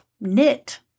knit